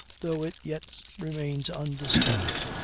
though it yet remains undiscovered,